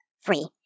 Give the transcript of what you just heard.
free